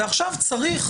ועכשיו צריך